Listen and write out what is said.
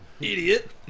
Idiot